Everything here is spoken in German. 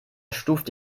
stuft